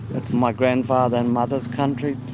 it's my grandfather and mother's country.